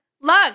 look